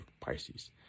Pisces